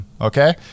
okay